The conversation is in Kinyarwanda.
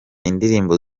indirimbo